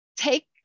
take